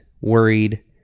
worried